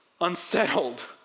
unsettled